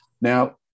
Now